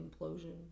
implosion